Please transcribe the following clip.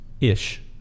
Ish